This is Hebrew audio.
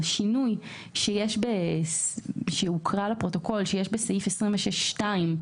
השינוי שהוקרא לפרוטוקול בסעיף 26(2),